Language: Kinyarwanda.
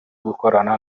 gukorana